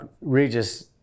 Regis